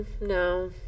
no